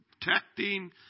protecting